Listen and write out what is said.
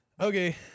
okay